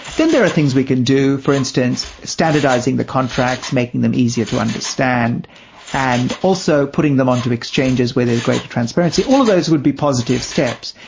then there are things we can do for instance, standardising the contracts, making them easier to understand and also putting them onto exchanges where there's greater transparency, all those would be positive steps.